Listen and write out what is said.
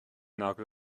nagel